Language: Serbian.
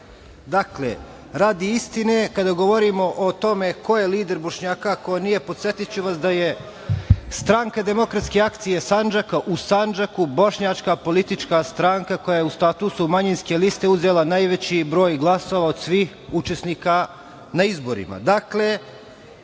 104.Dakle, radi istine, kada govorimo o tome ko je lider Bošnjaka, a ko nije, podsetiću vas da je Stranka demokratske akcije Sandžaka u Sandžaku bošnjačka politička stranka koja je u statusu manjinske liste uzela najveći broj glasova od svih učesnika na izborima. Dakle,